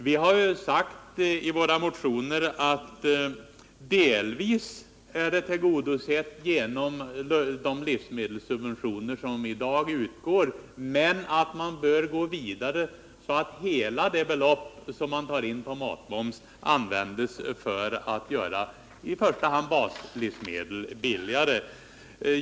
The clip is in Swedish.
Vi har sagt i våra motioner att behovet av lättnader delvis är tillgodosett genom de livsmedelssubventioner som i dag utgår men att man bör gå vidare, så att hela det belopp som man tar in genom matmoms används för att göra i första hand baslivsmedel billigare.